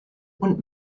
und